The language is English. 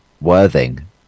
Worthing